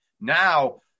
Now